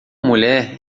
mulher